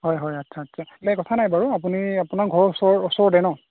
হয় হয় আচ্ছা আচ্ছা নাই কথা নাই বাৰু আপুনি আপোনাৰ ঘৰৰ ওচৰ ওচৰতে ন